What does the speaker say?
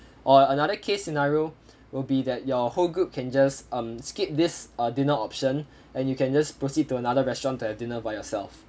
or another case scenario will be that your whole group can just um skip this err dinner option and you can just proceed to another restaurant to have dinner by yourself